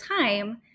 time